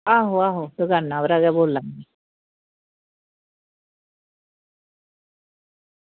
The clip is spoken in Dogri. आहो आहो दुकानें उप्परा गै बोल्ला नी